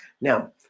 Now